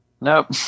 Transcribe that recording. Nope